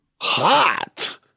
Hot